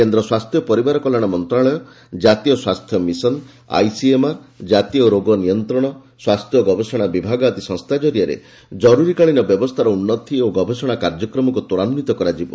କେନ୍ଦ୍ର ସ୍ୱାସ୍ଥ୍ୟ ଓ ପରିବାର କଲ୍ୟାଣ ମନ୍ତ୍ରଣାଳୟ ଜାତୀୟ ସ୍ୱାସ୍ଥ୍ୟ ମିଶନ ଆଇସିଏମ୍ଆର ଜାତୀୟ ରୋଗ ନିୟନ୍ତ୍ରଣ ସ୍ୱାସ୍ଥ୍ୟ ଗବେଷଣା ବିଭାଗ ଆଦି ସଂସ୍ଥା କରିଆରେ ଜରୁରକୀକାଳୀନ ବ୍ୟବସ୍ଥାର ଉନ୍ନତି ଓ ଗବେଷଣା କାର୍ଯ୍ୟକ୍ରମକୁ ତ୍ୱରାନ୍ୱିତ କରାଯିବ